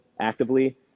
actively